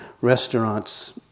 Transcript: restaurants